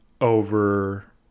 over